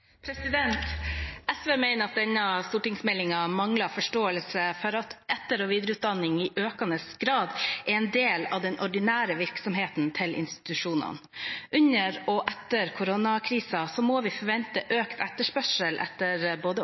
SV mener at denne stortingsmeldingen mangler forståelse for at etter- og videreutdanning i økende grad er en del av den ordinære virksomheten til institusjonene. Under og etter koronakrisen må vi forvente økt etterspørsel etter både